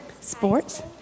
Sports